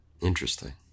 Interesting